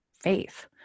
faith